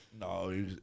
No